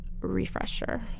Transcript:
refresher